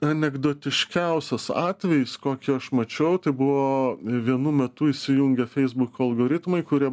anekdotiškiausias atvejis kokį aš mačiau tai buvo vienu metu įsijungė feisbuko algoritmai kurie